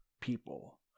people